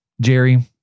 Jerry